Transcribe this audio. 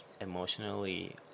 emotionally